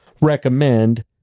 recommend